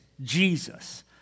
Jesus